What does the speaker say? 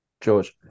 George